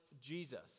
Jesus